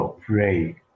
pray